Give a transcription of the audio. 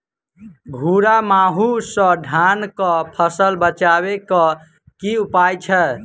भूरा माहू सँ धान कऽ फसल बचाबै कऽ की उपाय छै?